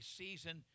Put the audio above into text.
season